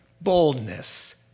boldness